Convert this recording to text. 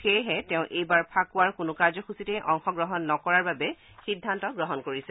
সেয়েহে তেওঁ এইবাৰ ফাকুৱাৰ কোনো কাৰ্যসূচীতেই অংশগ্ৰহণ নকৰাৰ বাবে সিদ্ধান্ত গ্ৰহণ কৰিছে